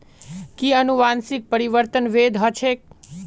कि अनुवंशिक परिवर्तन वैध ह छेक